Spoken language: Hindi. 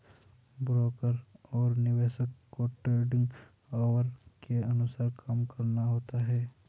ब्रोकर और निवेशक को ट्रेडिंग ऑवर के अनुसार काम करना होता है